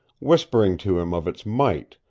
whispering to him of its might,